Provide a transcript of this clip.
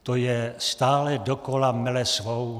To je stále dokola, mele svou.